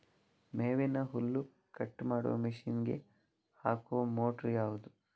ಮೇವಿನ ಹುಲ್ಲು ಕಟ್ ಮಾಡುವ ಮಷೀನ್ ಗೆ ಹಾಕುವ ಮೋಟ್ರು ಯಾವುದು?